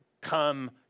come